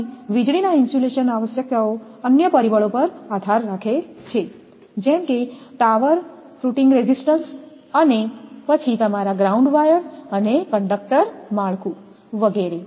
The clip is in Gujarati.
પછી વીજળીના ઇન્સ્યુલેશન આવશ્યકતાઓ અન્ય પરિબળો પર પણ આધાર રાખે છે જેમ કે ટાવર ફુટિંગ રેઝિસ્ટન્સ પછી તમારા ગ્રાઉન્ડ વાયર અને કંડક્ટર માળખું વગેરે